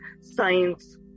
science